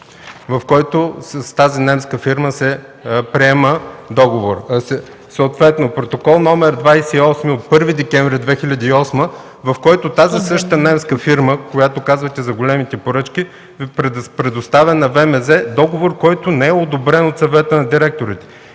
в който с тази немска фирма се приема договорът, съответно Протокол № 28 от 1 декември 2008 г., в който тази същата немска фирма, за която казахте, че е с големите поръчки, предоставя на ВМЗ договор, който не е одобрен от Съвета на директорите.